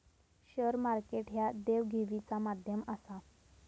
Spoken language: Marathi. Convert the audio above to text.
शेअर मार्केट ह्या देवघेवीचा माध्यम आसा